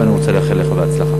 תודה, ואני רוצה לאחל לך בהצלחה.